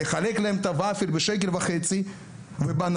לחלק להם את הוופל בשקל וחצי ובננה,